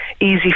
easy